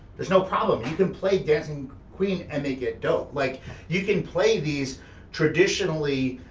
there's no problem. you can play dancing queen and make it dope. like you can play these traditionally,